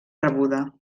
rebuda